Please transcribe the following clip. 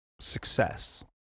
success